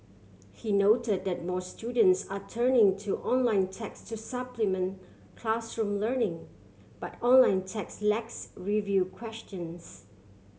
he noted that more students are turning to online text to supplement classroom learning but online text lacks review questions